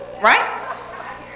right